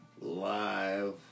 live